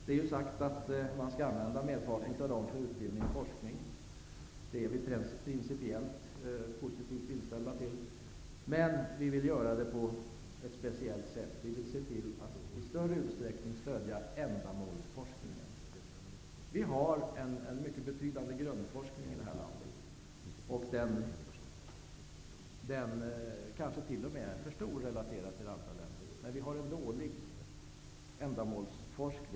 Det är sagt att man skall använda merparten av de medlen till forskning. Det är vi principiellt positivt inställda till. Men de skall användas på ett speciellt sätt. Vi vill i större utsträckning stödja ändamålsforskningen. Vi har en mycket betydande grundforskning i detta land. Den kanske t.o.m. är för stor, relaterat till andra länder. Men vi har en dålig ändamålsforskning.